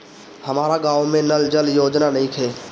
हमारा गाँव मे नल जल योजना नइखे?